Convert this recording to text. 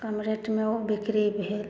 कम रेटमे ओ बिक्री भेल